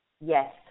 yes